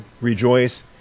rejoice